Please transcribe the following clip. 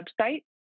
website